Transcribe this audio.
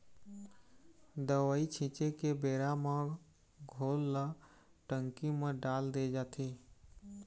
दवई छिंचे के बेरा म घोल ल टंकी म डाल दे जाथे